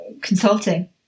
consulting